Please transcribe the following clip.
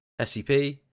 scp